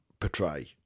portray